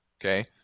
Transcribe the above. okay